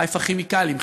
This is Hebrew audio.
חיפה כימיקלים,